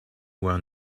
were